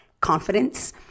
confidence